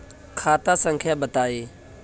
खाता संख्या बताई?